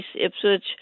Ipswich